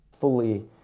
fully